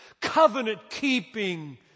covenant-keeping